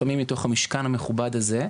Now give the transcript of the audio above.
לפעמים מתוך המשכן המכובד הזה,